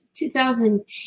2010